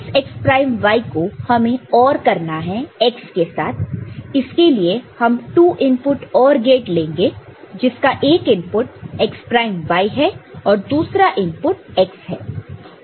इस x prime y को हमें OR करना है x के साथ इसके लिए हम 2 इनपुट OR गेट लेंगे जिसका एक इनपुट x प्राइम y है और दूसरा इनपुट x है